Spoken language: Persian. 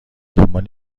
دنبال